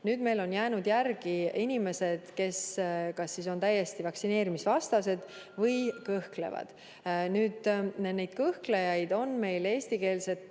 Nüüd meil on jäänud järele inimesed, kes kas on täiesti vaktsineerimisvastased või kõhklevad. Kõhklejaid on meil eestikeelsete